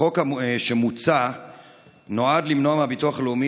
החוק שמוצע נועד למנוע מהביטוח הלאומי